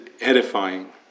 edifying